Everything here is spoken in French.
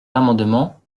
l’amendement